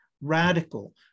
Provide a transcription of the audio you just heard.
radical